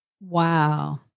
Wow